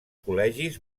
col·legis